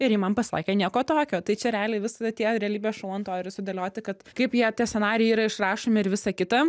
ir ji man pasakė nieko tokio tai čia realiai visą tie realybės šou ant to ir sudėlioti kad kaip jie tie scenarijai yra išrašomi ir visa kita